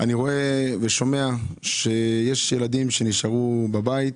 אני רואה ושומע שיש ילדים שנשארו בבית.